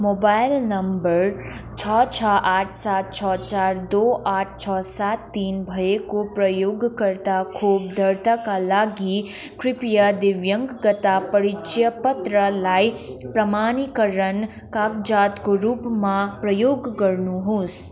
mobile number छ छ आठ सात छ चार दो आठ छ सात तिन भएको प्रयोगकर्ताको खोप दर्ताका लागि कृपया दिव्याङ्गता परिचयपत्रलाई प्रमाणीकरण कागजातको रूपमा प्रयोग गर्नुहोस्